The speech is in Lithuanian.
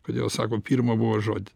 kodėl sako pirma buvo žodi